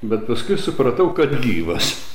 bet paskui supratau kad gyvas